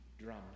drum